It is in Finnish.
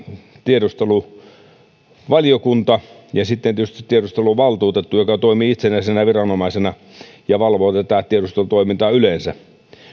tiedusteluvaliokunta eduskuntaan ja sitten tietysti tiedusteluvaltuutettu joka toimii itsenäisenä viranomaisena ja valvoo tätä tiedustelutoimintaa yleensä